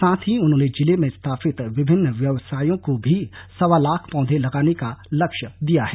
साथ ही उन्होंने जिले में स्थापित विभिन्न व्यवसायों को भी सवा लाख पौधे लगाने का लक्ष्य दिया है